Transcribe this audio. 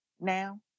now